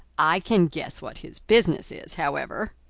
i can guess what his business is, however,